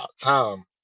time